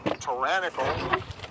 tyrannical